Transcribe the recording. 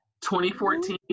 2014